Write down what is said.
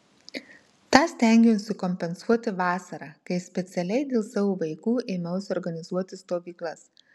tą stengiuosi kompensuoti vasarą kai specialiai dėl savo vaikų ėmiausi organizuoti stovyklas